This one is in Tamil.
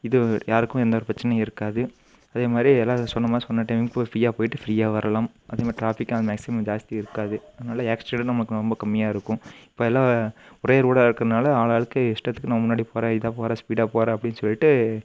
இது யாருக்கும் எந்தவொரு பிரச்சனையும் இருக்காது அதே மாதிரி எல்லோரும் சொன்ன மாதிரி சொன்ன டைமுக்கு ஃப்ரீயாக போய்ட்டு ஃப்ரீயாக வரலாம் அதேமாதிரி ட்ராஃபிக்கு அது மேக்ஸிமம் ஜாஸ்த்தி இருக்காது அதனால் ஆக்ஸிடெண்ட்டும் நமக்கு ரொம்ப கம்மியாக இருக்கும் இப்போ எல்லாம் ஒரே ரோடாக இருக்கிறதுனால ஆளாளுக்கு இஷ்டத்துக்கு நான் முன்னாடி போறேன் இதாக போறேன் ஸ்பீடாக போறேன் அப்படின்னு சொல்லிவிட்டு